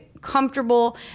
comfortable